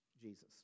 Jesus